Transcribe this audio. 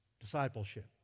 discipleship